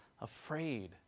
afraid